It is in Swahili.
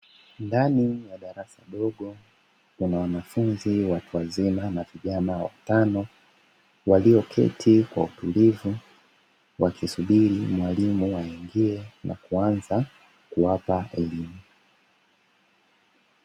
Ndani ya darasa dogo, kuna wanafunzi watu wazima na vijana watano, walioketi kwa utulivu, wakisubiri mwalimu aingie na kuanza kuwapa elimu.